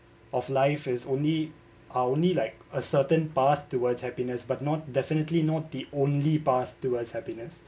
of life is only uh only like a certain path towards happiness but not definitely not the only path towards happiness